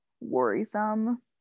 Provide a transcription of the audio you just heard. worrisome